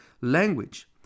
language